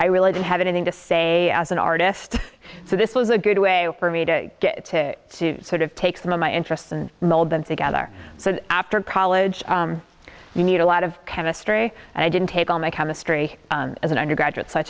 i really didn't have anything to say as an artist so this was a good way for me to get to see sort of take some of my interests and mold them together so after college you need a lot of chemistry and i didn't take all my chemistry as an undergraduate s